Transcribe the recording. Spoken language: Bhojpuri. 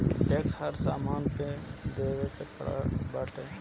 टेक्स हर सामान पे देवे के पड़त बाटे